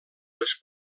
les